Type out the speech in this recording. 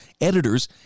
editors